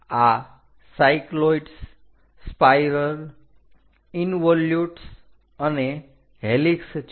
આ cycloids spiral involutes અને helix છે